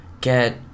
get